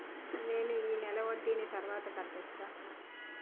నేను ఈ నెల వడ్డీని తర్వాత కట్టచా?